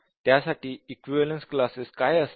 त्यासाठी equivalence classes काय असतील